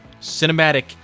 cinematic